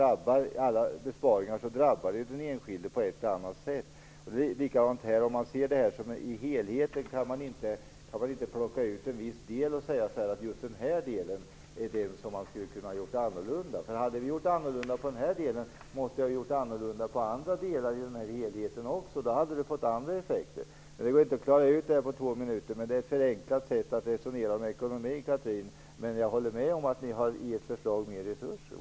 Alla besparingar drabbar den enskilde på ett eller annat sätt. Ur helheten kan man inte plocka ut en viss del och säga att man kunde ha gjort den annorlunda. Hade vi gjort annorlunda när det gäller den här delen hade vi varit tvungna att göra annorlunda beträffande andra delar av helheten. Då hade det fått andra effekter. Det går inte att reda ut detta på två minuter, men det är ett förenklat sätt att resonera om ekonomin, Jag håller med om att ni i ert förslag har mer resurser.